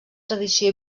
tradició